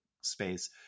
space